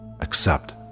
Accept